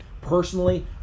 personally